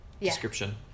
Description